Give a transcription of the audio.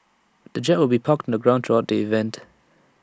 the jet will be parked on the ground throughout the event